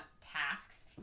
tasks